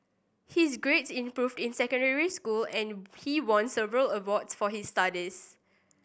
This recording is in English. his grades improved in secondary school and he won several awards for his studies